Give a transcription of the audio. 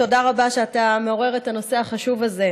תודה רבה שאתה מעורר את הנושא החשוב הזה.